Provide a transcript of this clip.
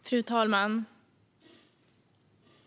Fru talman!